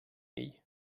ell